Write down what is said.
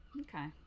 okay